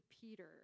Peter